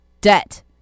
debt